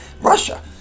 Russia